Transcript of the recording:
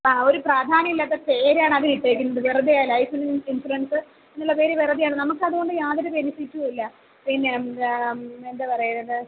ഒരു പ്രധാന്യവുമില്ലാത്ത പേരാണ് അതിലിട്ടേക്കുന്നത് വെറുതെയാണ് ലൈഫ് ഇൻഷൂറൻസെന്നുള്ള പേര് വെറുതെയാണ് നമുക്കതുകൊണ്ട് യാതൊരു ബെനിഫിറ്റും ഇല്ല പിന്നെ എന്താണു പറയേണ്ടത്